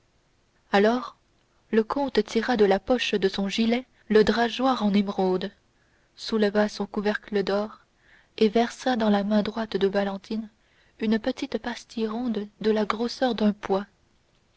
alors le comte tira de la poche de son gilet le drageoir en émeraude souleva son couvercle d'or et versa dans la main droite de valentine une petite pastille ronde de la grosseur d'un pois